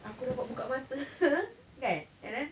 aku dapat buka mata kan and then